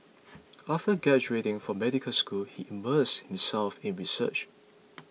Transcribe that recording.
after graduating from medical school he immersed himself in research